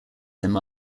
him